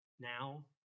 Now